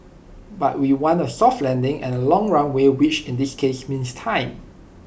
but we want A soft landing and A long runway which in this case means time